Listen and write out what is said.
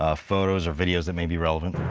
ah photos or videos that may be relevant.